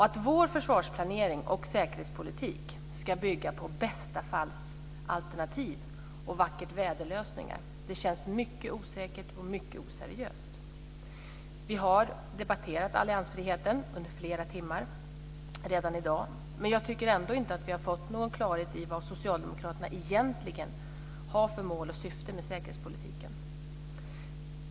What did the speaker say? Att vår försvarsplanering och säkerhetspolitik ska bygga på bästafallsalternativ och vackertväderlösningar känns mycket osäkert och mycket oseriöst. Vi har debatterat alliansfriheten under flera timmar redan i dag. Men jag tycker ändå inte att vi har fått någon klarhet i vad socialdemokraterna egentligen har för mål och syfte med säkerhetspolitiken.